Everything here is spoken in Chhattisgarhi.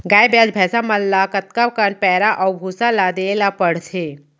गाय ब्याज भैसा मन ल कतका कन पैरा अऊ भूसा ल देये बर पढ़थे?